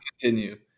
continue